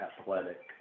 athletic